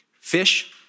Fish